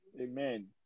Amen